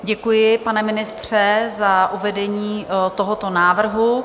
Děkuji, pane ministře, za uvedení tohoto návrhu.